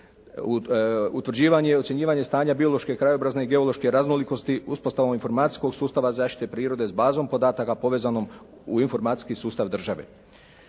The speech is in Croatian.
utvrđivanje i ocjenjivanje stanja biološke, krajobrazne i geološke raznolikosti uspostavom informacijskog sustava zaštite prirode s bazom podataka povezanom u informacijski sustav države.